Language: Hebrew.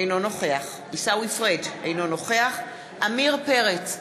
אינו נוכח עיסאווי פריג' אינו נוכח עמיר פרץ,